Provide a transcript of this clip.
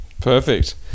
Perfect